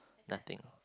nothing